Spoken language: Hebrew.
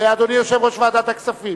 אדוני יושב-ראש ועדת הכספים?